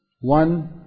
One